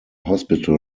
hospital